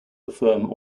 affirm